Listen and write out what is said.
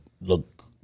look